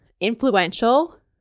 influential